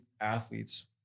athletes